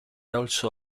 also